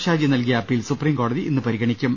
ഷാജി നൽകിയ appeal supreme കോടതി ഇന്ന് പരിഗണിക്കും